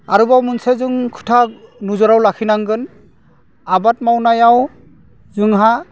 आरोबाव मोनसे जों खोथा नोजोराव लाखिनांगोन आबाद मावनायाव जोंहा